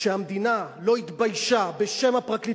כשהמדינה לא התביישה בשם הפרקליטות,